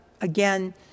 again